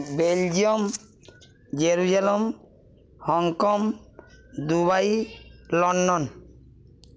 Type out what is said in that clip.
Belgium Jerusalem Hong Kong Dubai London